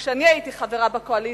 שכשאני הייתי חברה בקואליציה,